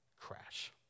crash